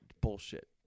Bullshit